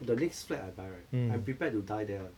the next flat I buy right I'm prepared to die there [one]